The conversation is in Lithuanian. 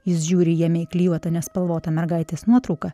jis žiūri į jame įklijuotą nespalvotą mergaitės nuotrauką